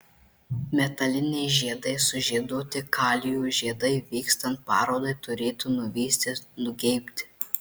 metaliniais žiedais sužieduoti kalijų žiedai vykstant parodai turėtų nuvysti nugeibti